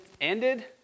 ended